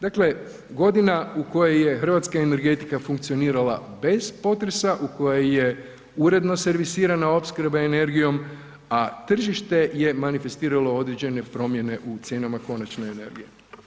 Dakle, godina u kojoj je hrvatska energetika funkcionirala bez potresa, u kojoj je uredno servisirana opskrba energijom a tržište je manifestiralo određene promjene u cijenama konačne energije.